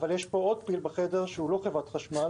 יש עוד פיל בחדר שהוא לא חברת חשמל